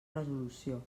resolució